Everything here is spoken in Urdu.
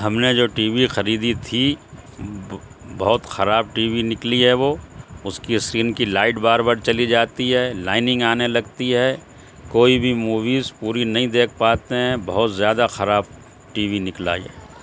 ہم نے جو ٹی وی خریدی تھی بہت خراب ٹی وی نکلی ہے وہ اس کی اسکین کی لائٹ بار بار چلی جاتی ہے لائینگ آنے لگتی ہے کوئی بھی موویز پوری نہیں دیکھ پاتے ہیں بہت زیادہ خراب ٹی وی نکلا یہ